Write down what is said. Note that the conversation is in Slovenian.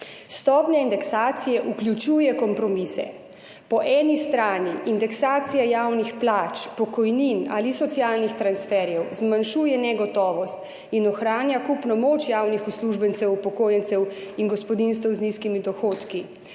Stopnja indeksacije vključuje kompromise. Po eni strani indeksacija javnih plač, pokojnin ali socialnih transferjev zmanjšuje negotovost in ohranja kupno moč javnih uslužbencev, upokojencev in gospodinjstev z nizkimi dohodki,